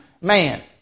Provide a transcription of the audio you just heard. man